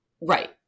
right